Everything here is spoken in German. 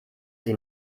sie